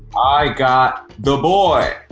i got the boy.